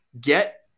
get